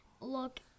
look